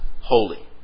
holy